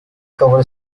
cover